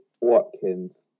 Watkins